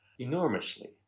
enormously